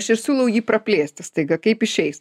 aš ir siūlau jį praplėsti staiga kaip išeis